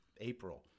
April